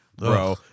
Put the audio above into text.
Bro